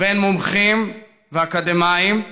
בין מומחים ואקדמאים,